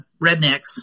rednecks